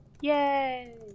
Yay